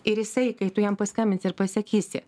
ir jisai kai tu jam paskambinsi ir pasakysi